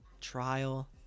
trial